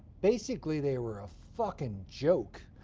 basically they were a fucking joke.